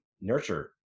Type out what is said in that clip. nurture